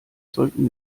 sollten